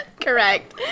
Correct